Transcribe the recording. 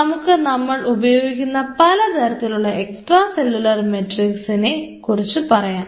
നമുക്ക് നമ്മൾ ഉപയോഗിക്കുന്ന പല തരത്തിലുള്ള എക്സ്ട്രാ സെല്ലുലാർ മാട്രിക്സിനെ കുറിച്ച് പറയാം